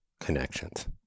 connections